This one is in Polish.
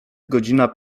godzina